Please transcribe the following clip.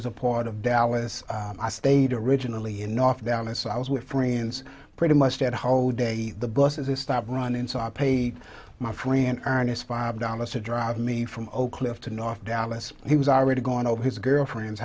is a part of dallas i stayed originally in off dallas i was with friends pretty much that whole day the buses stopped running so i paid my friend ernest five dollars to drive me from oak cliff to north dallas he was already going to his girlfriend's